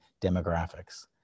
demographics